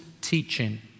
teaching